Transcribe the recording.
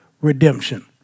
redemption